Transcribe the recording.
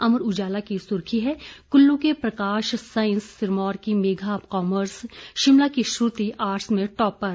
अमर उजाला की सुर्खी है कुल्लू के प्रकाश साइंस सिरमौर की मेघा कॉमर्स शिमला की श्रुति आर्ट्स में टॉपर